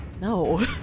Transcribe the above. no